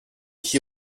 qui